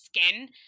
skin